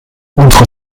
unsere